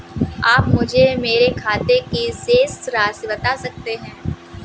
आप मुझे मेरे खाते की शेष राशि बता सकते हैं?